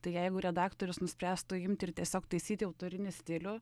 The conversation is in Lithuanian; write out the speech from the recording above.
tai jeigu redaktorius nuspręstų imti ir tiesiog taisyti autorinį stilių